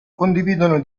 condividono